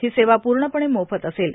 ही सेवा प्र्णपणे मोफत असेल